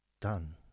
done